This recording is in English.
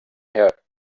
here